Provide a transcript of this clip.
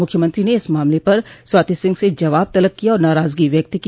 मुख्यमंत्री ने इस मामल पर स्वाति सिंह से जवाब तलब किया और नाराजगी व्यक्त की